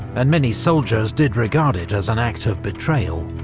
and many soldiers did regard it as an act of betrayal.